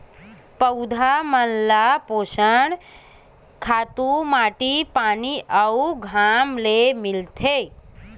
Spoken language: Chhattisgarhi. पौधा मन ला पोषण कइसे मिलथे?